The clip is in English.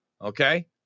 okay